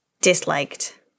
disliked